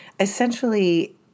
Essentially